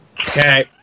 Okay